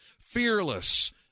Fearless